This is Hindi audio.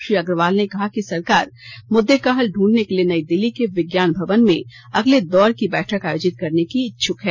श्री अग्रवाल ने कहा कि सरकार मुद्दे का हल ढूंढने के लिए नई दिल्ली के विज्ञान भवन में अगले दौर की बैठक आयोजित करने की इच्छुक है